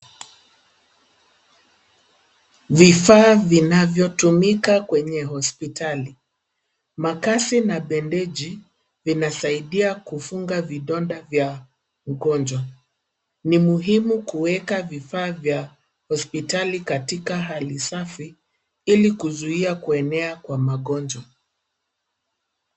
Vifaa vinavyotumika kwenye hospitali. Makasi na bendeji vinasaidia kufunga vidonda vya ugonjwa. Ni muhimu kuweka vifaa vya hospitali katika hali safi ili kuzuia kuenea kwa magonjwa.